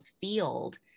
field